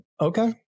okay